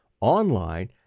online